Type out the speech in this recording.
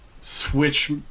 Switch